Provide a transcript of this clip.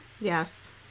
Yes